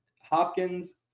Hopkins